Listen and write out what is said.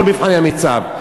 כל מבחני המיצ"ב.